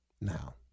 Now